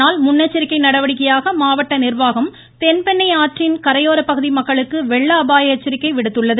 இதனால் முன்னெச்சரிக்கை நடவடிக்கையாக மாவட்ட நிர்வாகம் தென்பெண்ணை அற்றின் கரையோர பகுதி மக்களுக்கு வெள்ள அபாய எச்சரிக்கை விடுத்துள்ளது